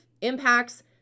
impacts